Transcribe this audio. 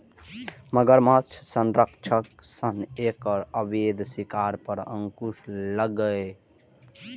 मगरमच्छ संरक्षणक सं एकर अवैध शिकार पर अंकुश लागलैए